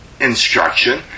instruction